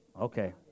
Okay